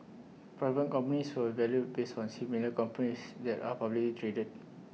private companies were valued based on similar companies that are publicly traded